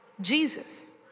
Jesus